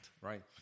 right